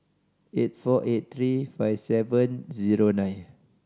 eight four eight three five seven zero nine